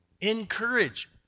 Encourage